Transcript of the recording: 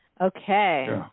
Okay